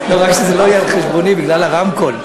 רק שזה לא יהיה על חשבוני בגלל הרמקול.